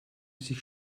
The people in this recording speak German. sich